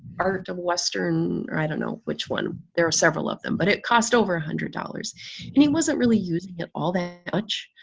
art of western, i don't know which one. there are several of them but it cost over hundred dollars and he wasn't really using it all that much.